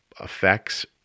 effects